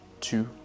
two